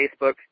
Facebook